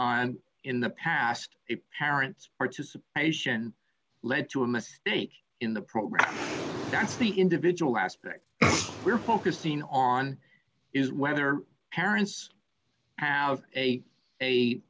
on in the past a parent's participation led to a mistake in the program that's the individual aspect we're focusing on is whether parents have a a